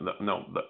no